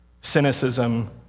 cynicism